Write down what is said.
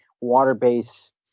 water-based